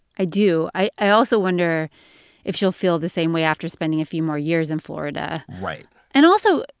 i do. i i also wonder if she'll feel the same way after spending a few more years in florida right and also,